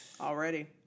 Already